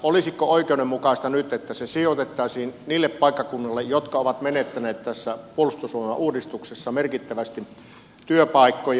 olisiko oikeudenmukaista nyt että se sijoitettaisiin niille paikkakunnille jotka ovat menettäneet puolustusvoimauudistuksessa merkittävästi työpaikkoja